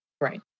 Right